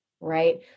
right